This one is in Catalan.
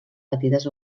petites